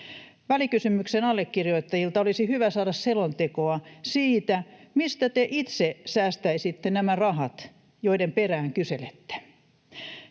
Välikysymyksen allekirjoittajilta olisi hyvä saada selontekoa siitä, mistä te itse säästäisitte nämä rahat, joiden perään kyselette.